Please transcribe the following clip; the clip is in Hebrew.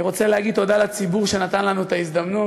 אני רוצה להגיד תודה לציבור שנתן לנו את ההזדמנות.